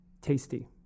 tasty